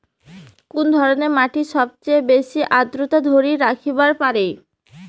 কুন ধরনের মাটি সবচেয়ে বেশি আর্দ্রতা ধরি রাখিবার পারে?